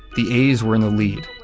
the a's were in the lead.